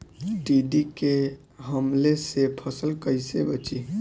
टिड्डी के हमले से फसल कइसे बची?